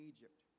Egypt